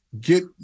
get